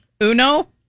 Uno